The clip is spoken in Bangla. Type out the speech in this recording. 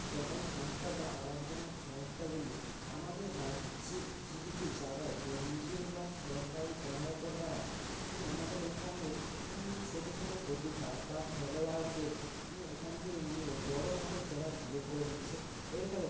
সরকারি সংস্থা বা অলাভজনক সংস্থাগুলি আমাদের রাজ্যে কিছু কিছু জায়গায় এন জি ও বা সরকারি সহায়তার দ্বারা আমাদের এখানের ছোটো ছোটো প্রতিভা বা খেলোয়াড়দের এখান থেকে নিয়ে বড় মাঠে খেলার সুযোগ করে দিচ্ছে এর ফলে